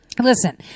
Listen